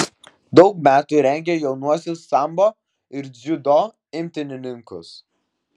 daug metų rengė jaunuosius sambo ir dziudo imtynininkus